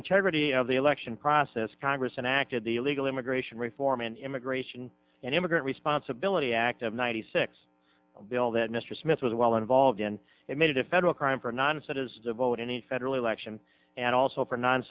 integrity of the election process congress enacted the illegal immigration mormon immigration and immigrant responsibility act of ninety six bill that mr smith was well involved in it made it a federal crime for a noncitizen vote in the federal election and also for non